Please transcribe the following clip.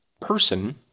person